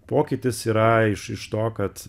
pokytis yra iš iš to kad